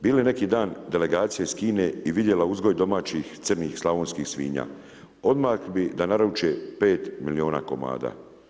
Bili neki dan delegacije iz Kine i vidjela uzgoj domaćih crnih slavonskih svinja, odmah bi da naruče pet milijuna komada.